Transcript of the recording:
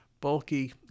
Bulky